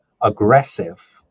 aggressive